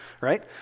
right